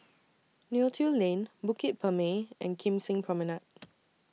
Neo Tiew Lane Bukit Purmei and Kim Seng Promenade